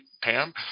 pam